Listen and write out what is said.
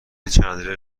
چندلر